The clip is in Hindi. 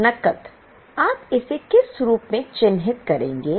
तो नकद आप इसे किस रूप में चिह्नित करेंगे